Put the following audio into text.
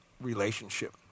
relationship